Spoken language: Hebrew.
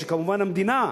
שכמובן המדינה,